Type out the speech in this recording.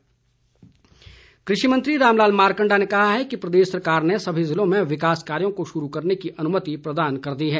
मारकंडा कृषि मंत्री रामलाल मारकंडा ने कहा है कि प्रदेश सरकार ने सभी जिलों में विकास कार्यों को शुरू करने की अनुमति प्रदान कर दी है